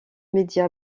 médias